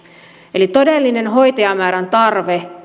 eli todellinen hoitajamäärän tarve